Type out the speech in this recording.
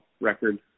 record